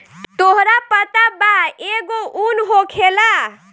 तोहरा पता बा एगो उन होखेला